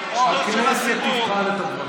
תחזור לעבוד בתל אביב, תחפש עבודה.